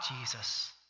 Jesus